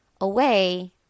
away